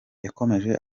yakomeje